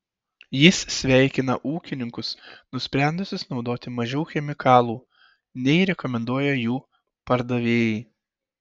jis sveikina ūkininkus nusprendusius naudoti mažiau chemikalų nei rekomenduoja jų pardavėjai